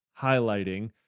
highlighting